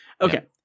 Okay